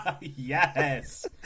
Yes